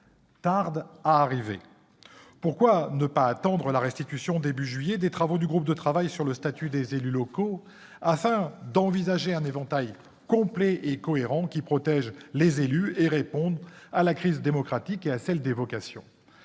tarde à arriver ? Pourquoi ne pas attendre la restitution, au début de juillet, des travaux du groupe de travail sur le statut des élus locaux, afin d'envisager un éventail complet et cohérent de mesures, qui protège les élus et qui réponde à la crise démocratique et à celles des vocations ?